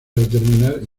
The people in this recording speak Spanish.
determinar